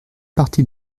partie